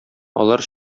алар